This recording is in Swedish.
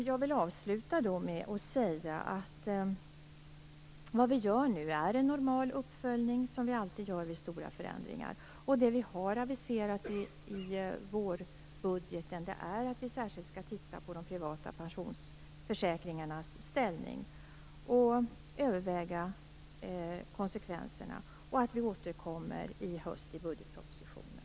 Jag vill avsluta med att säga att vi gör en normal uppföljning som vi alltid gör vid stora förändringar. Det vi har aviserat i vårbudgeten är att vi särskilt skall titta på de privata pensionsförsäkringarnas ställning och överväga konsekvenserna. Vi återkommer i höst i budgetpropositionen.